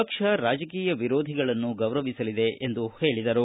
ಪಕ್ಷ ರಾಜಕೀಯ ವಿರೋಧಿಗಳನ್ನೂ ಗೌರವಿಸಲಿದೆ ಎಂದು ಹೇಳಿದರು